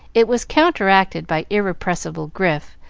it was counteracted by irrepressible grif,